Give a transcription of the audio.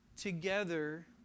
together